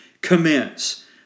commence